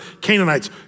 Canaanites